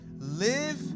live